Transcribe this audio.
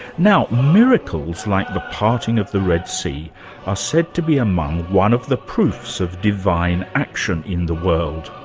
now miracles like the parting of the red sea, are said to be among one of the proofs of divine action in the world.